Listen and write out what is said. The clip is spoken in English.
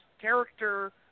character